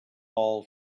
all